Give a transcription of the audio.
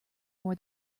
more